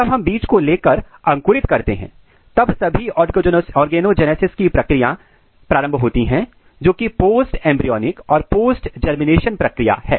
जब हम बीज को लेकर अंकुरित करते हैं तब सभी ऑर्गेनोजेनेसिस की प्रक्रिया प्रारंभ होती है जोकि पोस्ट एंब्रीयॉनिक और पोस्ट जर्मिनेशन प्रक्रिया है